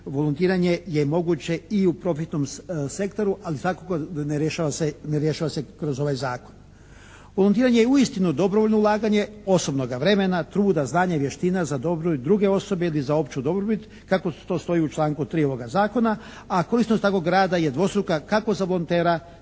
volontiranje je moguće i u profitnom sektoru ali svakako ne rješava se kroz ovaj zakon. Volontiranje je uistinu dobrovoljno ulaganje osobnoga vremena, truda, znanja i vještina za dobrobit druge usluge ili za opću dobrobit kako to stoji u članku 3. ovoga zakona a korisnost takvoga rada je dvostruka kako za volontera